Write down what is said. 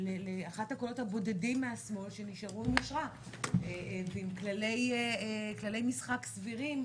לאחד הקולות הבודדים מהשמאל שנשארו עם יושרה ועם כללי משחק סבירים,